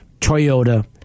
Toyota